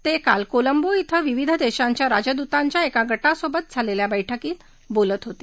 ते काल कोलंबो इथं विविध देशांच्या राजदूतांच्या एका ग सिोबत झालेल्या बैठकीत बोलत होते